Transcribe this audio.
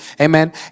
amen